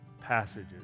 passages